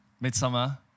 Midsummer